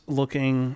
looking